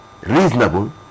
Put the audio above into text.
reasonable